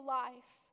life